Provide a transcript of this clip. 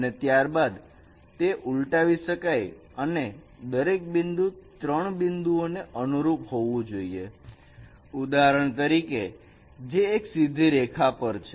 અને ત્યારબાદ તે ઉલટાવી શકાય એવું અને દરેક 3 બિંદુઓને અનુરૂપ હોવું જોઈએ ઉદાહરણ તરીકે જે એક સીધી રેખા પર છે